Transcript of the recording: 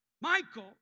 Michael